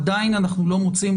עדיין אנחנו לא מוצאים,